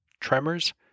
tremors